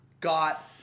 got